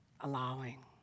Allowing